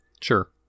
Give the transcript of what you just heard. Sure